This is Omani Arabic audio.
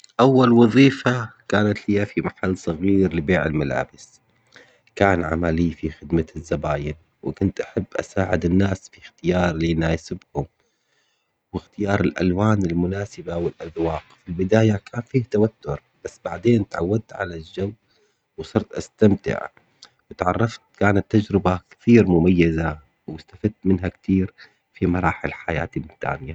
أول وظيفة كانت هي في محل صغير لبيع الملابس، كان عملي في خدمة الزباين وكنت أحب أساعد الناس في اختيار اللي يناسبهم واختيار الألوان المناسبة والأذواق، في البداية كان في توتر بس بعدين تعودت على الجو وصرت أستمتع تعرفت، كانت تجربة كثير مميزة واستفدت منها كثير في مراحل حياتي التانية.